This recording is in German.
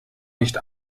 nicht